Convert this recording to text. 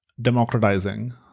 democratizing